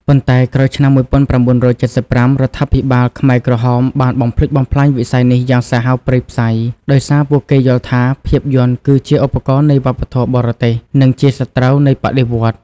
ប៉ុន្តែក្រោយឆ្នាំ ១៩៧៥ រដ្ឋាភិបាលខ្មែរក្រហមបានបំផ្លិចបំផ្លាញវិស័យនេះយ៉ាងសាហាវព្រៃផ្សៃ ដោយសារពួកគេយល់ថា ភាពយន្តគឺជាឧបករណ៍នៃវប្បធម៌បរទេស និងជាសត្រូវនៃបដិវត្តន៍។